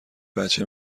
بچه